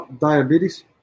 Diabetes